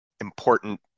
important